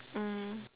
mm